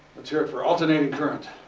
let's hear it for alternating current!